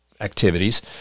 activities